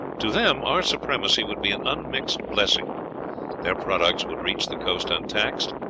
to them our supremacy would be an unmixed blessing their products would reach the coast untaxed,